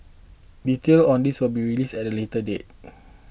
details on this will be released at a later date